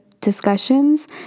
discussions